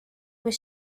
was